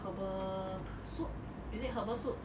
herbal soup is it herbal soup